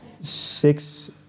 six